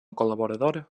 col·laboradora